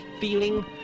feeling